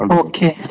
okay